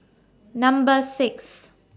Number six